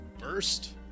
first